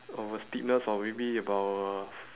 of a steepness of maybe about uh